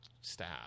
staff